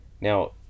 now